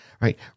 right